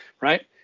right